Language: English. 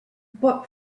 but